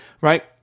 Right